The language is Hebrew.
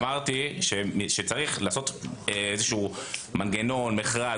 אמרתי שצריך לעשות איזה מנגנון או מכרז.